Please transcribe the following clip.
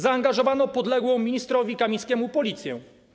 Zaangażowano do tego podległą ministrowi Kamińskiemu Policję.